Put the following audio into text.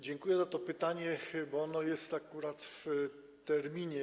Dziękuję za to pytanie, bo ono jest akurat w terminie.